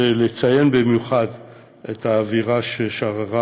ולציין במיוחד את האווירה ששררה,